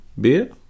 beer